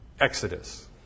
Exodus